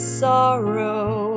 sorrow